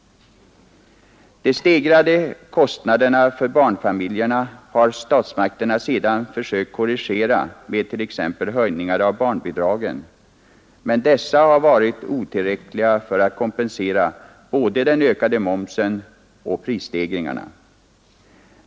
De stegrade kostnaderna för barnfamiljerna har statsmakterna sedan försökt korrigera med t.ex. höjningar av barnbidragen, men dessa höjningar har varit otillräckliga för att kompensera både den ökade momsen och prisstegringarna.